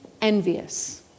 envious